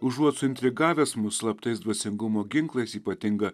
užuot suintrigavęs mus slaptais dvasingumo ginklais ypatinga